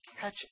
catch